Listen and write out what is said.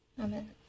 Amen